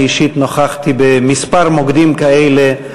אני אישית נכחתי בכמה מוקדים כאלה,